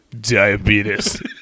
Diabetes